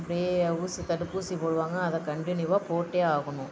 அப்படே ஊசி தடுப்பூசி போடுவாங்க அதை கண்டினியூவ்வாக போட்டே ஆகணும்